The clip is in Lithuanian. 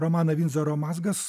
romaną vindzoro mazgas